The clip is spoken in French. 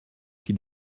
qui